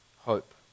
hope